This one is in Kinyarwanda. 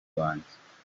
wanjye